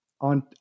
on